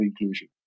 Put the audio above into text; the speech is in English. inclusion